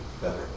better